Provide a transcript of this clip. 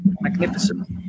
magnificent